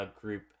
group